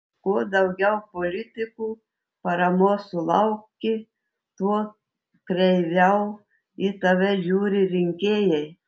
kuo daugiau politikų paramos sulauki tuo kreiviau į tave žiūri rinkėjai